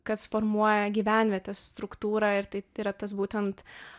kas formuoja gyvenvietės struktūrą ir tai yra tas būtent